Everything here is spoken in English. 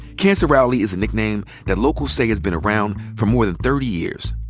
cancer alley is a nickname that locals say has been around for more than thirty years.